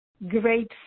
Great